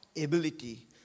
ability